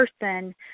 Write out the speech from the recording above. person